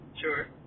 Sure